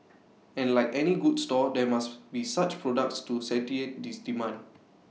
and like any good store there must be such products to satiate this demand